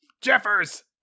Jeffers